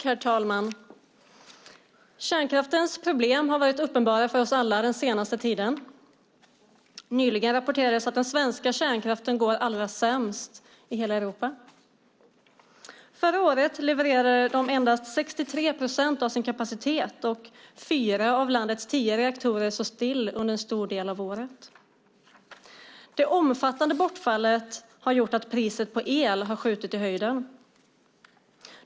Herr talman! Kärnkraftens problem har varit uppenbara för oss alla den senaste tiden. Nyligen rapporterades att den svenska kärnkraften går allra sämst i hela Europa. Förra året levererade den endast 63 procent av sin kapacitet. Fyra av landets tio reaktorer stod still under en stor del av året. Det omfattande bortfallet har gjort att priset på el har skjutit i höjden.